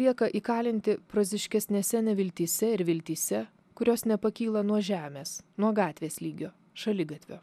lieka įkalinti proziškesnėse neviltyse ir viltyse kurios nepakyla nuo žemės nuo gatvės lygio šaligatvio